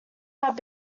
have